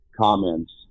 Comments